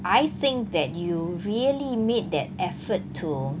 I think that you really meet that effort to